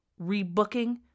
rebooking